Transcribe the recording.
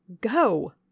Go